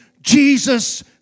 Jesus